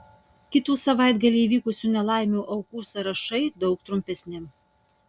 kitų savaitgalį įvykusių nelaimių aukų sąrašai daug trumpesni